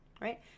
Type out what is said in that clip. right